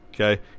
Okay